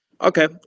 Okay